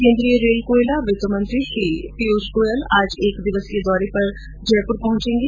केन्द्रीय रेल कोयला और वित्त मंत्री श्री पीयुष गोयल आज एक दिवसीय दौरे पर जयपुर पहुंचेंगे